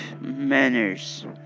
manners